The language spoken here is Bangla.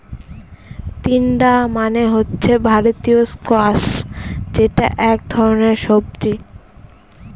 তিনডা মানে হচ্ছে ভারতীয় স্কোয়াশ যেটা এক ধরনের সবজি